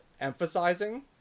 emphasizing